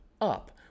up